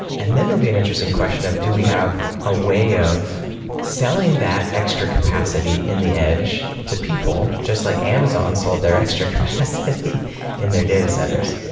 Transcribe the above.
and then there'll be an interesting question of, do we have a way of selling that extra capacity in the edge to people? just like amazon sold their extra capacity in their data centers.